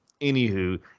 anywho